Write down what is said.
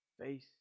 face